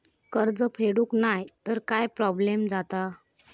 कर्ज फेडूक नाय तर काय प्रोब्लेम जाता?